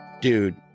Dude